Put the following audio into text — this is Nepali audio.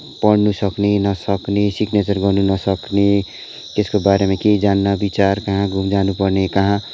पढ्न सक्ने नसक्ने सिग्नेचर गर्न नसक्ने यसको बारेमा केही जान्न विचार कहाँ जानु पर्ने कहाँ